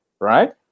right